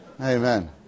Amen